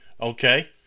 Okay